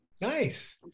Nice